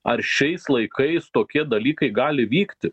ar šiais laikais tokie dalykai gali vykti